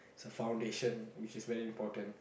it's a foundation which is very important